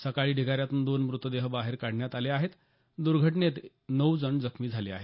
सकाळी ढिगा यातून दोन मृतदेह बाहेर काढण्यात आले आहेत दूर्घटनेत नऊ जण जखमी झाले आहेत